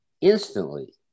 instantly